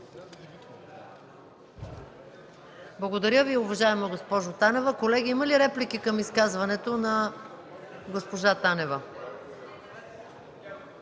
Благодаря Ви, уважаема госпожо Танева. Колеги, има ли реплики към изказването на госпожа Танева?